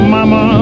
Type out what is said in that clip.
Mama